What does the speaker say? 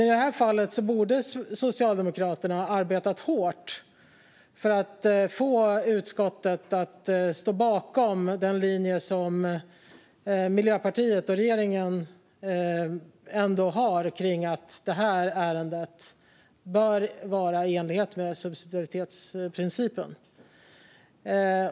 I det här fallet borde Socialdemokraterna ha arbetat hårt för att få utskottet att stå bakom den linje som Miljöpartiet och regeringen har om att det här ärendet bör vara i enlighet med subsidiaritetsprincipen.